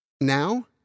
Now